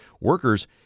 workers